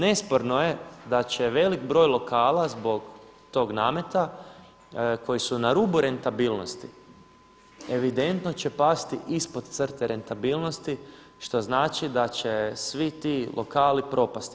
Nesporno je da će velik broj lokala zbog tog nameta koji su na rubu rentabilnosti evidentno će pasti ispod crte rentabilnosti što znači da će svi ti lokali propasti.